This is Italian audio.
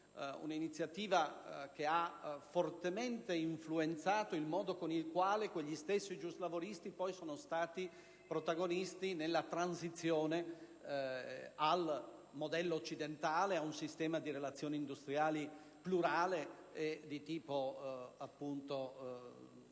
un'iniziativa che ha fortemente influenzato il modo con il quale quegli stessi giuslavoristi poi sono stati protagonisti nella transizione al modello occidentale, a un sistema di relazioni industriali plurale e di tipo appunto